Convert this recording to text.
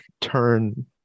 turn